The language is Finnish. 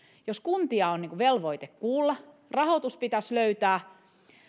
jos kuntia on velvoite kuulla rahoitus pitäisi löytää